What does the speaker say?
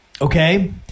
okay